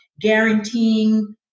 guaranteeing